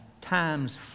times